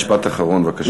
משפט אחרון, בבקשה.